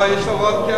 בסדר.